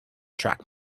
track